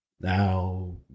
now